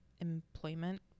employment